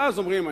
ואז אומרים,